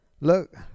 look